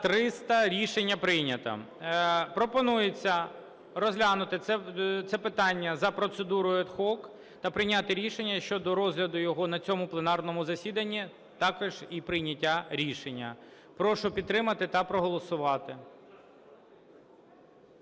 За-300 Рішення прийнято. Пропонується розглянути це питання за процедурою ad hoc та прийняти рішення щодо розгляду його на цьому пленарному засіданні, також і прийняття рішення. Прошу підтримати та проголосувати.